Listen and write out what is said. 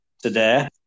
today